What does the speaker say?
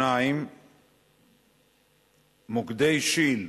2. מוקדי שי"ל,